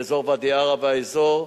באזור ואדי-עארה והאזור,